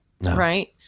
right